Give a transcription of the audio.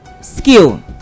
skill